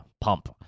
Pump